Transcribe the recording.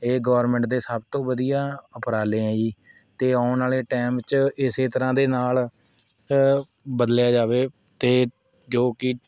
ਇਹ ਗੌਰਮਿੰਟ ਦੇ ਸਭ ਤੋਂ ਵਧੀਆ ਉਪਰਾਲੇ ਹੈ ਜੀ ਅਤੇ ਆਉਣ ਵਾਲ਼ੇ ਟਾਇਮ 'ਚ ਇਸੇ ਤਰ੍ਹਾਂ ਦੇ ਨਾਲ਼ ਬਦਲਿਆ ਜਾਵੇ ਅਤੇ ਜੋ ਕਿ